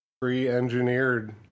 pre-engineered